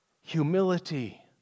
Humility